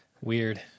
Weird